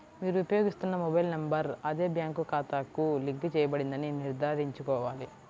మీరు ఉపయోగిస్తున్న mobile number అదే బ్యాంక్ ఖాతాకు లింక్ చేయబడిందని నిర్ధారించుకోవాలి